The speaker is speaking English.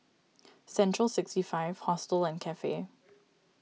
Central sixty five Hostel and Cafe